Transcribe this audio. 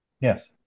Yes